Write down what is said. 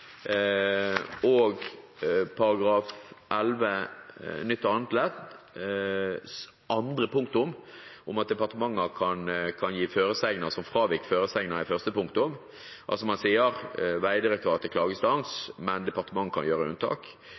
og § 11 nytt annet ledd annet punktum, om at departementet kan « gi føresegner som fråvik føresegna i første punktum». Man sier altså at Vegdirektoratet er klageinstans, men departementet kan gjøre unntak.